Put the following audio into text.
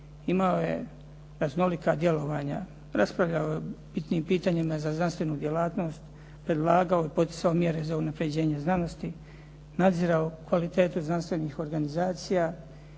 imao je raznolika djelovanja. Raspravljalo je o bitnim pitanjima za znanstvenu djelatnost, predlagao i poticao mjere za unapređenje znanosti, nadzirao kvalitetu znanstvenih organizacija,